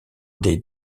des